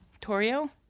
Torio